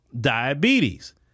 diabetes